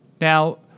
Now